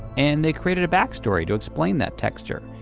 and they created a backstory to explain that texture.